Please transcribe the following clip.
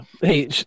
Hey